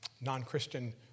non-Christian